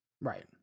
right